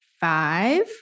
five